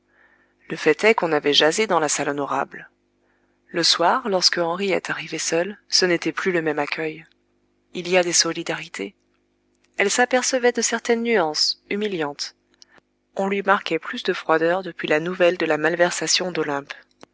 le fait est qu'on avait jasé dans la salle honorable le soir lorsque henriette arrivait seule ce n'était plus le même accueil il y a des solidarités elle s'apercevait de certaines nuances humiliantes on lui marquait plus de froideur depuis la nouvelle de la malversation d'olympe